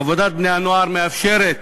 עבודת בני-הנוער מאפשרת